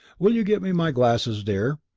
will you get me my glasses, dear?